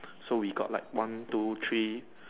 so we got like one two three